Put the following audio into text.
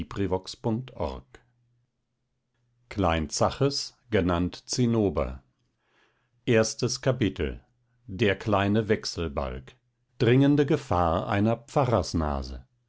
klein zaches genannt zinnober ein märchen erstes kapitel der kleine wechselbalg dringende gefahr einer